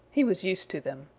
he was used to them.